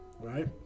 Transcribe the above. Right